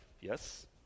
yes